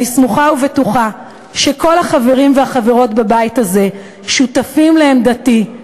אני סמוכה ובטוחה שכל החברים והחברות בבית הזה שותפים לעמדתי,